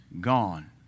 gone